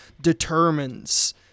determines